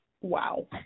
Wow